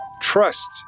Trust